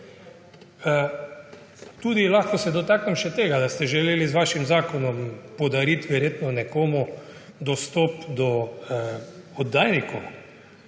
mediju. Lahko se dotaknem tudi tega, da ste želeli z vašim zakonom podariti verjetno nekomu dostop do oddajnikov.